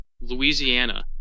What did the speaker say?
Louisiana